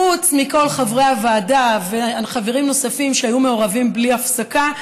חוץ מכל חברי הוועדה וחברים נוספים שהיו מעורבים בלי הפסקה,